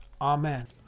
Amen